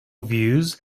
views